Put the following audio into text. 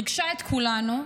ריגשה את כולנו,